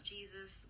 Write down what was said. Jesus